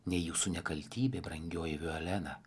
ne jūsų nekaltybė brangioji violena